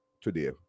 today